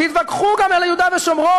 תתווכחו גם על יהודה ושומרון.